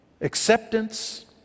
acceptance